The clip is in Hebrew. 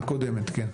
הקודמת, כן.